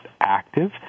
active